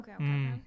Okay